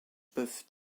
peuvent